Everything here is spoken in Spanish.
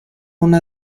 una